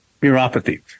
neuropathy